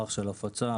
מערך הפצה,